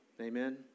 Amen